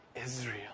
Israel